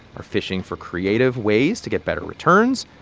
are fishing for creative ways to get better returns.